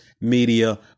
Media